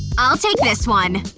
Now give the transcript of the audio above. i'll take this one